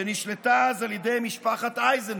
שנשלטה אז על ידי משפחת אייזנברג,